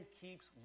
keeps